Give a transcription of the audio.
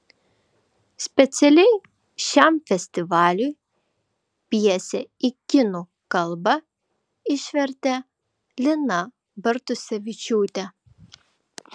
specialiai šiam festivaliui pjesę į kinų kalbą išvertė lina bartusevičiūtė